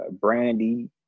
Brandy